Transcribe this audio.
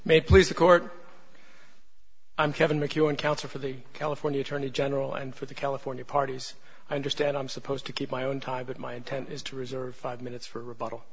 may please the court i'm kevin mckeown counsel for the california attorney general and for the california parties i understand i'm supposed to keep my own time but my intent is to reserve five minutes for